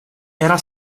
era